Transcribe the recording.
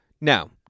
Now